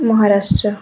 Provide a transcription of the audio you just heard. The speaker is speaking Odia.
ମହାରାଷ୍ଟ୍ର